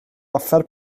offer